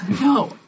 No